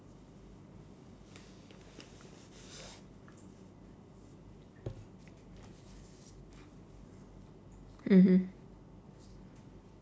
mmhmm